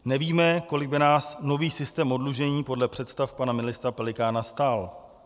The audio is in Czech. Nevíme, kolik by nás nový systém oddlužení podle představ pana ministra Pelikána stál.